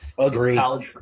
agree